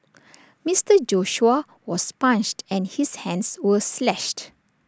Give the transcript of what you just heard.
Mister Joshua was punched and his hands were slashed